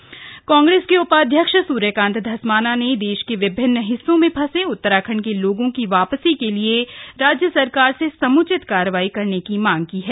सूर्यकांत धस्मान कांग्रेस के उपाध्यक्ष सूर्यकान्त धस्माना ने देश के विभिन्न हिस्सों में फंसे उत्तराखंड के लोगों की वापसी के लिए राज्य सरकार से समुचित कार्रवाई करने की मांग की है